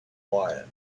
quiet